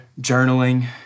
journaling